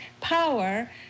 power